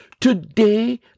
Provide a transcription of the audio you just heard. Today